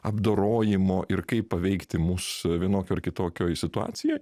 apdorojimo ir kaip paveikti mus vienokioj ar kitokioj situacijoj